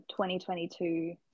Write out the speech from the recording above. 2022